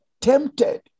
tempted